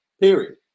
period